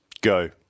Go